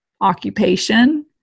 Occupation